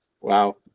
wow